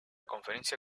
conferencia